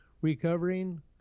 recovering